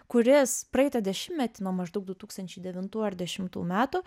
kuris praeitą dešimtmetį nuo maždaug du tūkstančiai devintų ar dešimtų metų